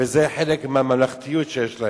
וזה חלק מהממלכתיות שיש להם,